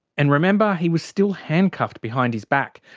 and remember he was still handcuffed behind his back,